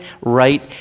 right